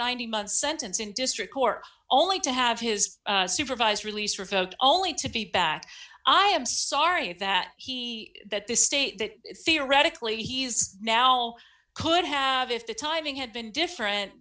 ninety months sentence in district court only to have his supervised release revoked only to be back i am sorry that he that this stay that theoretically he's now could have if the timing had been different